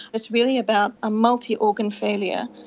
it's really about a multi-organ failure,